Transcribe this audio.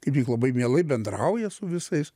kaip tik labai mielai bendrauja su visais